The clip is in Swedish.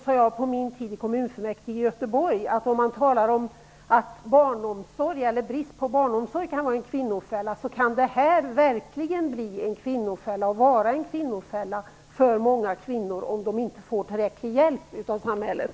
Jag sade på min tid i kommunfullmäktige i Göteborg att om man talar om att brist på barnomsorg kan vara en kvinnofälla, så kan detta verkligen bli en kvinnofälla för många kvinnor om de inte får tillräcklig hjälp av samhället.